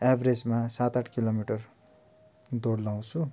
एभरेजमा सात आठ kilometre दौड लगाउँछु